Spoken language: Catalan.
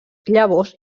llavors